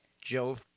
Joe